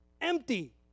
Empty